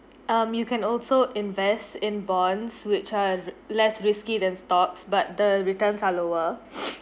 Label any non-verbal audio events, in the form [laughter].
um you can also invest in bonds which are less risky than stocks but the returns are lower [breath]